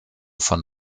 von